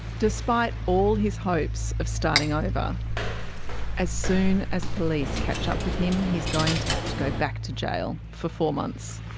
despite all his hopes of starting over as soon as police catch up with him, he's going to have to go back to jail for four months.